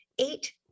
Eight